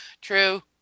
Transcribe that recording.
True